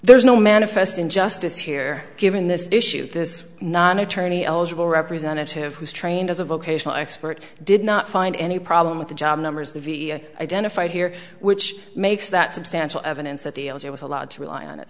there is no manifest injustice here given this issue this is not an attorney eligible representative who is trained as a vocational expert did not find any problem with the job numbers the identified here which makes that substantial evidence that the elder was allowed to rely on it